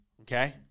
okay